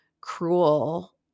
cruel